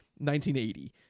1980